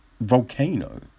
volcano